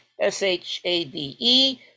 S-H-A-D-E